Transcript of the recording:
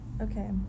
okay